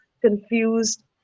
confused